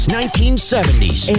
1970s